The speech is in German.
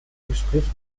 entspricht